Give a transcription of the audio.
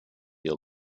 your